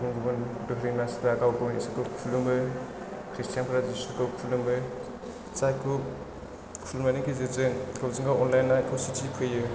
गुबुन गुबुन धोरोमनि मानसिफ्रा गाव गावनि इसोरखौ खुलुमो खृस्टियानफ्रा जिसुखौ खुलुमो जायखौ खुलुमनायनि गेजेरजों गावजों गाव अनलायनाय खौसेथि फैयो